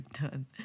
done